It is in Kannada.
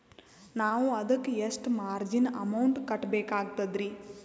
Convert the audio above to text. ನಾವು ಅದಕ್ಕ ಎಷ್ಟ ಮಾರ್ಜಿನ ಅಮೌಂಟ್ ಕಟ್ಟಬಕಾಗ್ತದ್ರಿ?